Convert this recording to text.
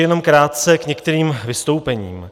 Jenom krátce k některým vystoupením.